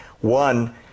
One